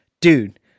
dude